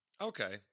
okay